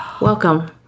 Welcome